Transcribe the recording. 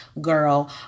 girl